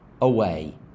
away